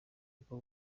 bwo